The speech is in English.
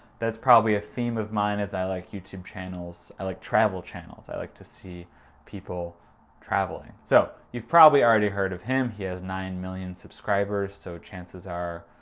that's probably a theme of mine, is i like youtube channels. i like travel channels. i like to see people travelling. so, you've probably already heard of him. he has nine million subscribers, so chances are,